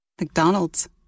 McDonald's